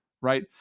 right